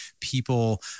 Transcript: people